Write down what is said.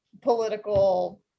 political